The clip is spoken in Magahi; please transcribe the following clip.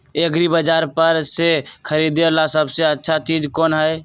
एग्रिबाजार पर से खरीदे ला सबसे अच्छा चीज कोन हई?